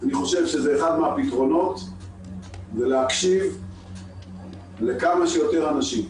חושב שזה אחד הפתרונות זה להקשיב לכמה שיותר אנשים.